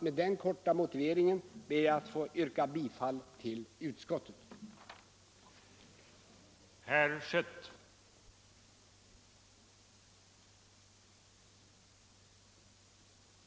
Med denna korta motivering yrkar jag bifall till utskottets hemställan.